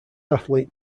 athlete